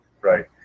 Right